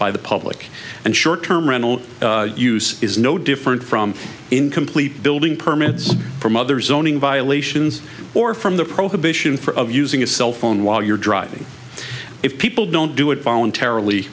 by the public and short term rental use is no different from incomplete building permits from other zoning violations or from the prohibition for of using a cell phone while you're driving if people don't do it voluntarily